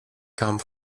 come